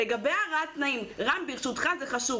לגבי הרעת תנאים: אחת,